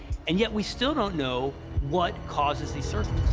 and yet we still don't know what causes these sort of